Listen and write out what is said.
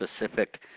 specific